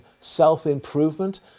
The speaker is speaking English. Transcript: self-improvement